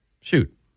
shoot